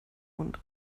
und